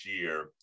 year